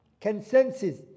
consensus